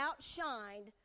outshined